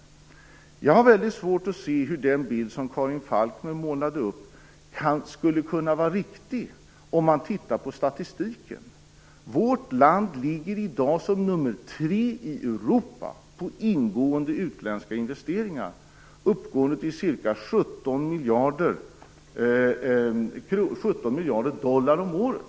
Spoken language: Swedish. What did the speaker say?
När jag tittar på statistiken har jag har väldigt svårt att se hur den bild som Karin Falkmer målade upp skulle kunna vara riktig. Vårt land ligger i dag som nummer tre i Europa vad gäller ingående utländska investeringar. De uppgår till ca 17 miljarder dollar om året.